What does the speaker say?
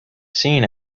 seen